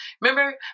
Remember